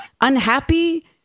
unhappy